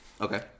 okay